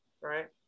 right